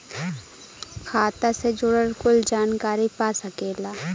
खाता से जुड़ल कुल जानकारी पा सकेला